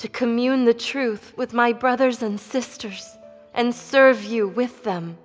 to commune the truth with my brothers and sisters and serve you with them